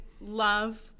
love